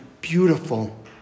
beautiful